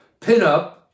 pinup